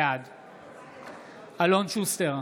בעד אלון שוסטר,